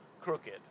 crooked